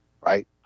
Right